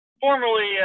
formerly